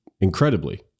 incredibly